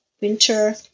winter